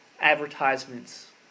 advertisements